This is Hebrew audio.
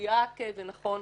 מדויק ונכון,